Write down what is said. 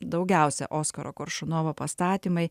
daugiausia oskaro koršunovo pastatymai